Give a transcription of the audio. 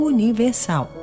Universal